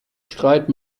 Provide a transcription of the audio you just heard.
streit